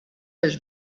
his